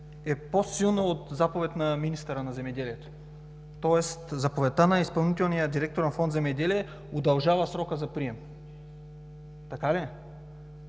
е по-силна от заповед на министъра на земеделието? Тоест заповедта на изпълнителния директор на Фонд „Земеделие“ удължава срока за прием. Така ли е?